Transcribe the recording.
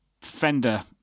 Fender